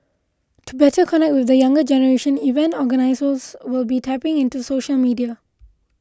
to better connect with the younger generation event organisers will be tapping into social media